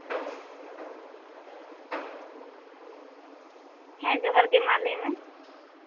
ᱦᱮᱸ ᱡᱚᱦᱟᱨ ᱜᱮ ᱢᱟ ᱞᱟᱹᱭ ᱢᱮ